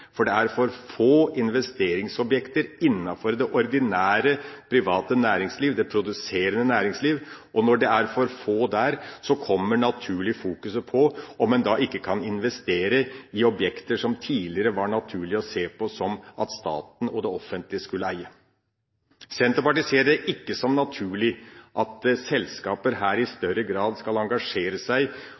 for det er for få investeringsobjekter innenfor det ordinære, private næringsliv – det produserende næringsliv. Når det er for få der, kommer fokuset naturlig på om en ikke da kan investere i objekter som det tidligere var naturlig å se på at staten og det offentlig skulle eie. Senterpartiet ser det ikke som naturlig at selskaper her i større grad skal engasjere seg